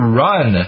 run